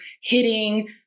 hitting